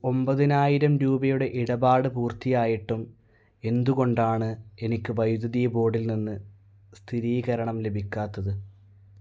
ഒൻപതിനായിരം രൂപയുടെ ഇടപാട് പൂർത്തിയായിട്ടും എന്തുകൊണ്ടാണ് എനിക്ക് വൈദ്യുതി ബോർഡിൽ നിന്ന് സ്ഥിരീകരണം ലഭിക്കാത്തത്